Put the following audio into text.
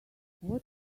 what